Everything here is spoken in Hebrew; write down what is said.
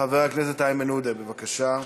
חבר הכנסת איימן עודה, בבקשה,